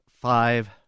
five